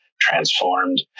transformed